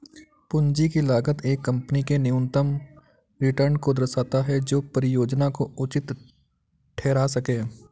पूंजी की लागत एक कंपनी के न्यूनतम रिटर्न को दर्शाता है जो परियोजना को उचित ठहरा सकें